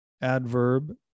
adverb